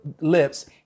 lips